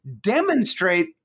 demonstrate